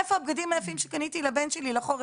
איפה הבגדים היפים שקניתי לבן שלי בחורף?